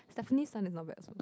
Stephanie Sun is not bad also